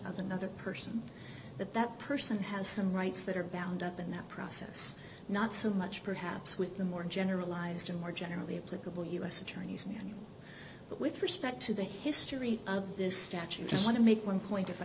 of another person that that person has some rights that are bound up in that process not so much perhaps with the more generalized and more generally applicable u s attorneys but with respect to the history of this statute just want to make one point if i